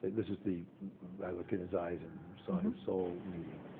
this is the i looked in his eyes and saw his soul meeting.